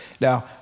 Now